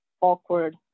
awkward